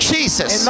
Jesus